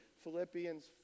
Philippians